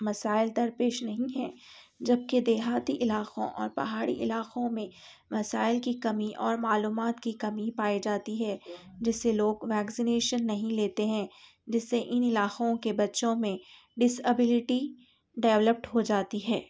مسائل درپیش نہیں ہیں جبکہ دیہاتی علاقوں اور پہاڑی علاقوں میں وسائل کی کمی اور معلومات کی کمی پائی جاتی ہے جس سے لوگ ویکزینیشن نہیں لیتے ہیں جس سے ان علاقوں کے بچوں میں ڈسابیلٹی ڈولپٹ ہو جاتی ہے